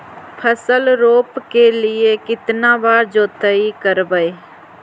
फसल रोप के लिय कितना बार जोतई करबय?